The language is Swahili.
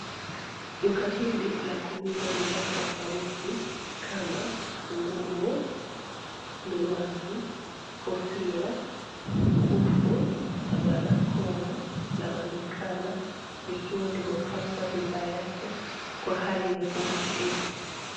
Duka hili la kuuza bidhaa tofauti kama nguo, miwani, kofia, mkufu na barakoa laonekana likiwa limepanga bidhaa yake kwa hali ya kuvutia.